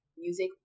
music